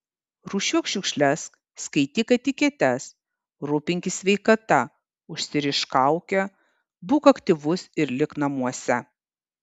rūšiuok šiukšles skaityk etiketes rūpinkis sveikata užsirišk kaukę būk aktyvus ir lik namuose